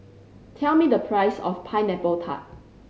tell me the price of Pineapple Tart